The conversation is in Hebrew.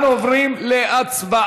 אנחנו עוברים להצבעה.